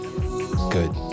Good